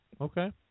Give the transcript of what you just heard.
Okay